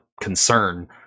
concern